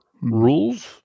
rules